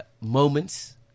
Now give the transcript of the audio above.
Moments